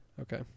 Okay